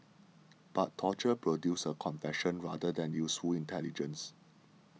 but torture produces a confession rather than useful intelligence